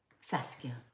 Saskia